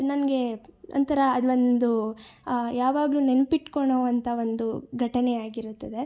ನನಗೆ ಒಂಥರ ಅದು ಒಂದು ಯಾವಾಗಲೂ ನೆನ್ಪಿಟ್ಕೊಳೋವಂಥ ಒಂದು ಘಟನೆ ಆಗಿರುತ್ತದೆ